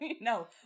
No